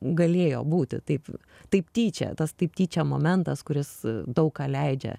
galėjo būti taip taip tyčia tas taip tyčia momentas kuris daug ką leidžia